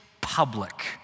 public